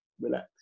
relax